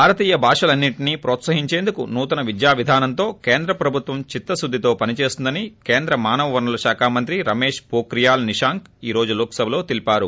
భారతీయ భాషలన్నింటిని ప్రోత్పహించడానికి నూతన విద్యా విధానంతో కేంద్ర ప్రభుత్వం చిత్త శుద్దితో పనిచేస్తుందని కేంద్ర మానవ వనరుల శాఖ మంత్రి రమేష్ హోఖ్రియాల్ నిషాంక్ ఈ రోజు లోక్ సభలో తెలిపారు